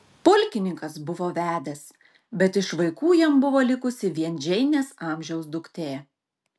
pulkininkas buvo vedęs bet iš vaikų jam buvo likusi vien džeinės amžiaus duktė